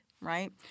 right